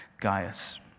Gaius